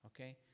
okay